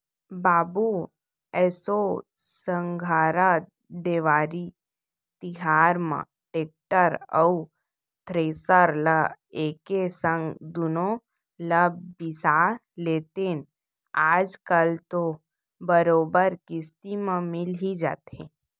बाबू एसो संघरा देवारी तिहार म टेक्टर अउ थेरेसर ल एके संग दुनो ल बिसा लेतेन आज कल तो बरोबर किस्ती म मिल ही जाथे